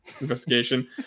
investigation